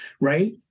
right